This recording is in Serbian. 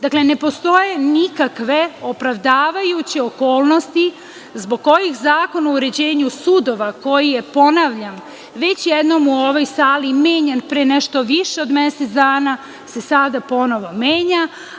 Dakle, ne postoje nikakve opravdavajuće okolnosti zbog kojih Zakon o uređenju sudova, koji je, ponavljam, već jednom u ovoj sali menjan pre nešto više od mesec dana, se sada ponovo menja.